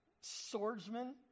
swordsman